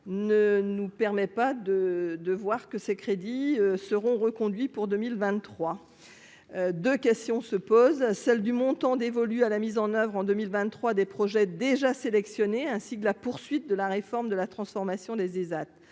ne nous permet pas de de voir que ces crédits seront reconduits pour 2023, 2 questions se posent à celle du montant dévolu à la mise en oeuvre en 2023 des projets déjà sélectionnés, ainsi que la poursuite de la réforme de la transformation des ESAT